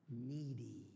needy